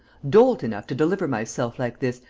dolt enough to deliver myself like this,